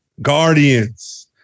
guardians